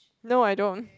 no I don't